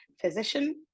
physician